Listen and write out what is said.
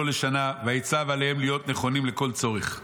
לשנה ויצו עליהם להיות נכונים לכל צורך.